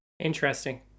Interesting